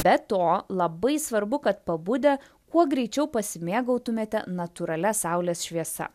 be to labai svarbu kad pabudę kuo greičiau pasimėgautumėte natūralia saulės šviesa